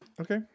Okay